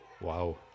wow